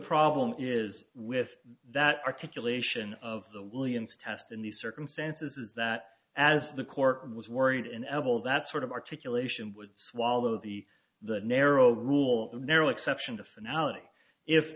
problem is with that articulation of the williams test in these circumstances is that as the court was worried in eval that sort of articulation would swallow the the narrow rule and narrow exception to finale if